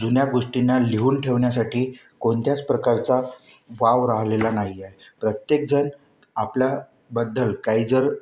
जुन्या गोष्टींना लिहून ठेवण्यासाठी कोणत्याच प्रकारचा वाव राहिलेला नाही आहे प्रत्येकजण आपल्याबद्दल काही जर